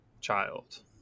child